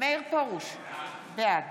מאיר פרוש, בעד